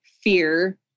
fear